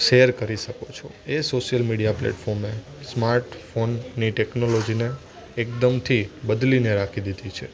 share કરી શકો છો એ સોસિયલ મીડિયા પ્લેટફોર્મ એ સ્માર્ટફોનની ટેક્નોલોજીને એકદમથી બદલીને રાખી દીધી છે